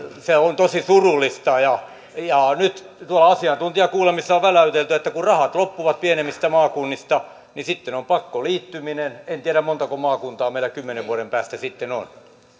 se on tosi surullista ja ja nyt tuolla asiantuntijakuulemisissa on väläytelty että kun rahat loppuvat pienimmistä maakunnista niin sitten on pakkoliittyminen en tiedä montako maakuntaa meillä kymmenen vuoden päästä sitten on